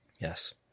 yes